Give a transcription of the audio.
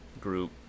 group